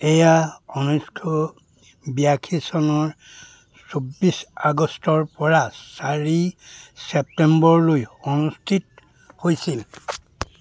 এইয়া ঊনৈছশ বিৰাশী চনৰ চৌবিছ আগষ্টৰপৰা চাৰি ছেপ্টেম্বৰলৈ অনুষ্ঠিত হৈছিল